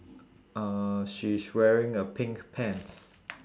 uh she's wearing a pink pants